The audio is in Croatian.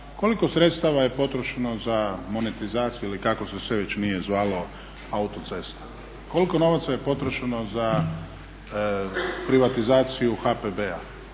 koliko sredstava je potrošeno za monetizaciju ili kako se sve već nije zvalo autocesta? Koliko novaca je potrošeno za privatizaciju HPB-a?